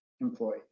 employees